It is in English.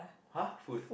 !huh! food